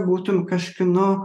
būtum kažkieno